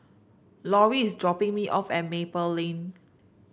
Laurie is dropping me off at Maple Lane